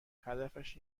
هدفش